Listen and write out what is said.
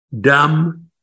dumb